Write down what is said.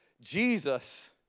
Jesus